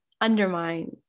undermine